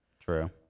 True